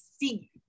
see